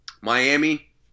Miami